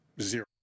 zero